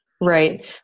right